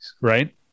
right